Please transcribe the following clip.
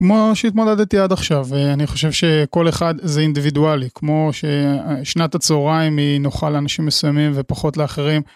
כמו שהתמודדתי עד עכשיו, אני חושב שכל אחד זה אינדיבידואלי, כמו שנת הצהריים היא נוחה לאנשים מסוימים ופחות לאחרים.